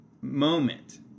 moment